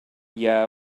yeah